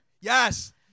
Yes